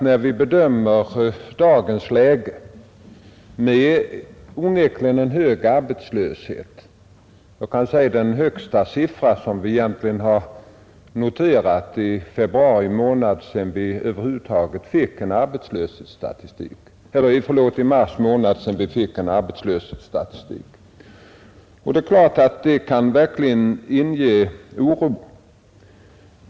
När vi bedömer dagens läge med dess onekligen höga arbetslöshet, finner vi att siffran för mars är den högsta som noterats sedan vi över huvud taget fick en arbetslöshetsstatistik. Det är klart att detta kan inge oro.